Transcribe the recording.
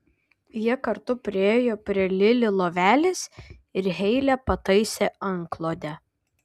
jie kartu priėjo prie lili lovelės ir heilė pataisė antklodę